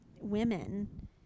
women